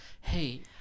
hey